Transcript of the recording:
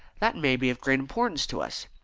that may be of great importance to us.